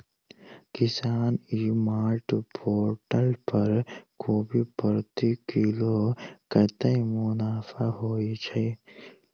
किसान ई mart portal पर कोबी प्रति किलो कतै मुनाफा होइ छै?